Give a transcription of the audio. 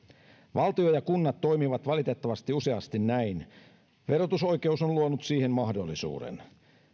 valtio ja kunnat toimivat valitettavasti useasti näin verotusoikeus on luonut siihen mahdollisuuden